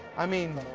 i mean,